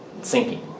sinking